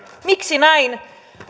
miksi näin